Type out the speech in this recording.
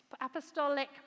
apostolic